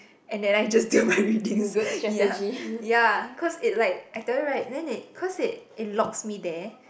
and then I just do my readings ya ya cause it like I tell you [right] then it cause it it locks me there